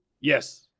Yes